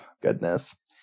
goodness